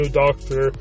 doctor